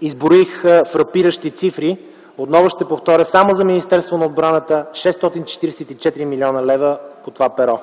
Изброих фрапиращи цифри. Отново ще повторя – само за Министерството на отбраната – 644 млн. лв. по това перо.